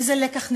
איזה לקח נלמד?